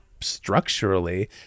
structurally